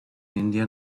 indian